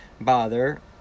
bother